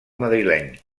madrileny